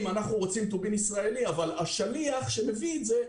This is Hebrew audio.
אנחנו רוצים טובין ישראלי אבל השליח שמביא את זה,